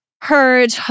heard